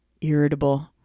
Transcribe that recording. irritable